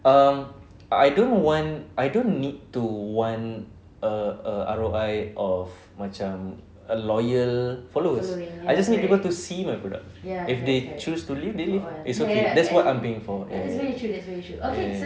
um I don't want I don't need to want err err R_O_I of macam a loyal followers I just need people to see my product if they choose to leave they leave it's okay that's what I'm paying for ya ya ya ya ya